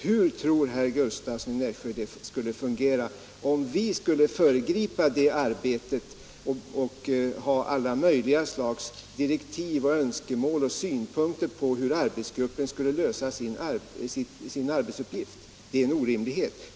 Hur tror herr Gustavsson att det skulle fungera om vi skulle föregripa det arbetet med alla möjliga direktiv och önskemål och synpunkter på hur arbetsgruppen skulle lösa sin arbetsuppgift? Det vore en orimlighet.